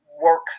work